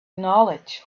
knowledge